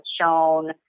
shown